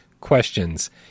questions